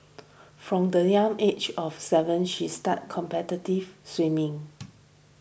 from the young age of seven she started competitive swimming